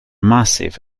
massive